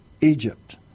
Egypt